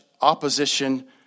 opposition